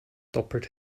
doppelt